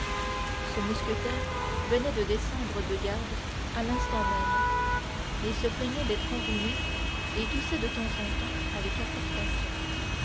ce mousquetaire venait de descendre de garde à l'instant même se plaignait d'être enrhumé et toussait de temps en temps avec affectation